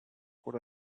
got